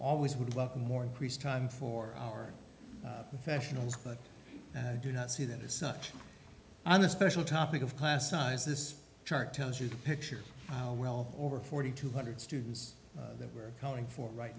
always would welcome more increased time for our professionals but i do not see that as such on a special topic of class size this chart tells you the picture how well over forty two hundred students that we're calling for right